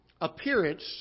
appearance